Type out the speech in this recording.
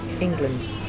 England